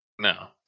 No